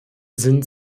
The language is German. sind